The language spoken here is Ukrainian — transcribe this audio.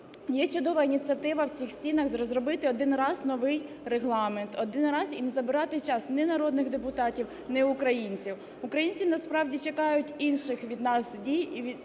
Є чудова ініціатива в цих стінах розробити один раз новий Регламент, один раз. І не забирати час ні народних депутатів, ні українців. Українці насправді чекають інших від нас дій і